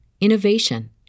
innovation